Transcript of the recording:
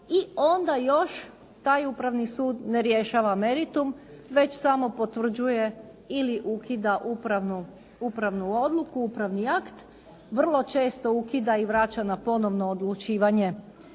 i onda još taj Upravni sud ne rješava meritum već samo potvrđuje ili ukida upravnu odluku, upravni akt, vrlo često ukida i vraća na ponovno odlučivanje